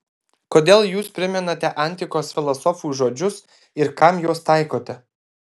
kodėl jūs primenate antikos filosofų žodžius ir kam juos taikote